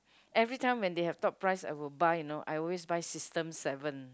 every time when they have top price I will buy you know I always buy system seven